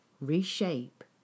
reshape